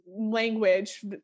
language